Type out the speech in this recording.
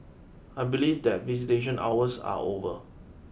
I believe that visitation hours are over